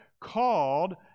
called